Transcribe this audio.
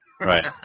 Right